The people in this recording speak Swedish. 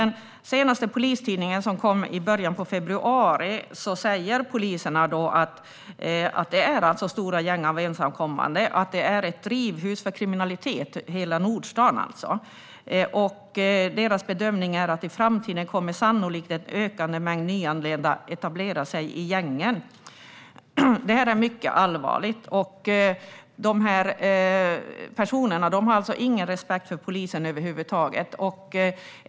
I senaste Polistidningen, som kom i början av februari, säger poliser att det är stora gäng av ensamkommande och att hela Nordstan är ett drivhus för kriminalitet. Deras bedömning är att i framtiden kommer sannolikt en ökande mängd nyanlända att etablera sig i gängen. Det här är mycket allvarligt. De här personerna har ingen respekt för polisen över huvud taget.